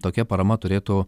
tokia parama turėtų